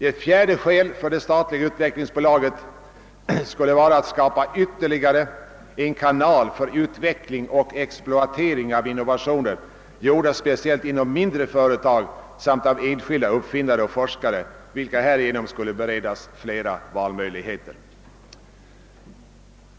Ett fjärde skäl för det statliga utvecklingsbolaget skulle vara att skapa ytterligare en kanal för utveckling och exploatering av innovationer, gjorda speciellt inom mindre företag samt av enskilda uppfinnare och forskare, vilka härigenom skulle beredas flera valmöjligheter.